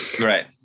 right